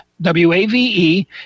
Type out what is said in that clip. W-A-V-E